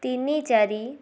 ତିନି ଚାରି